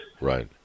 right